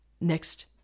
next